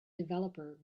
developer